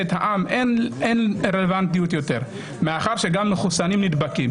את העם אין רלוונטיות יותר מאחר שגם מחוסנים נדבקים.